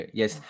yes